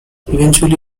eventually